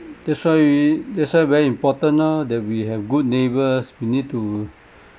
that's why that's why very important ah that we have good neighbours we need to